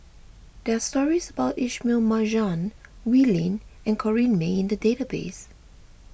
there are stories about Ismail Marjan Wee Lin and Corrinne May in the database